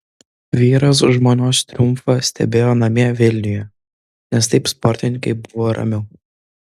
vyras žmonos triumfą stebėjo namie vilniuje nes taip sportininkei buvo ramiau